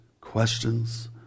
questions